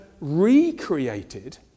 recreated